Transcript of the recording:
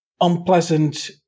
unpleasant